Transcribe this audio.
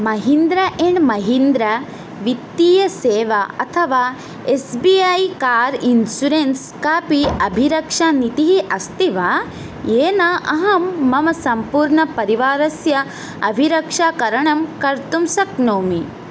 Mahindra and Mahindra वित्तीयसेवा अथवा S B I car insurance कापि अभिरक्षानीतिः अस्ति वा येन अहं मम सम्पूर्णपरिवारस्य अभिरक्षाकरणं कर्तुं शक्नोमि